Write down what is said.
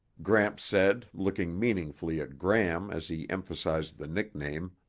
gramps said, looking meaningfully at gram as he emphasized the nickname,